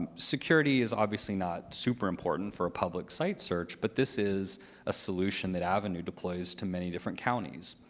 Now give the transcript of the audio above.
ah security is obviously not super important for a public site search, but this is a solution that avenu deploys to many different counties.